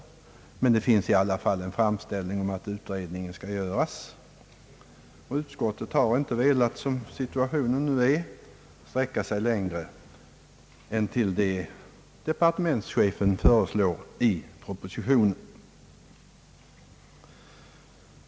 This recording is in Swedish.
Men det finns i alla fall en framställning om att utredningen skall göras, och utskottet har som situationen nu är inte velat sträcka sig längre än till det som departementschefen föreslår i propositionen.